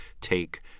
take